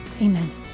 Amen